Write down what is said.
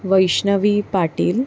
Vaishnavi Patil